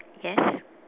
yes